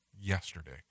yesterday